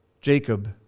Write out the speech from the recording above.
Jacob